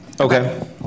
Okay